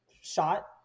shot